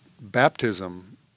baptism